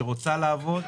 שרוצה לעבוד,